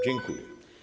Dziękuję.